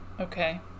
Okay